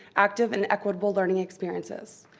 active, and equitable learning experiences.